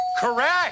Correct